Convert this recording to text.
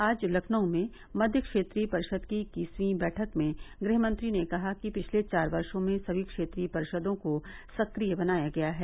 आज लखनऊ मध्य क्षेत्रीय परिषद की इक्कीसवीं बैठक में गृह मंत्री ने कहा कि पिछले चार वर्षो में सभी क्षेत्रीय परिषदो को सक्रिय बनाया गया है